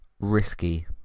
risky